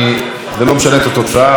זה לא משנה את התוצאה,